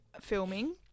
filming